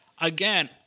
again